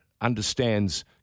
understands